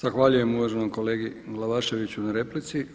Zahvaljujem uvaženom kolegi Glavaševiću na replici.